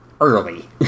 early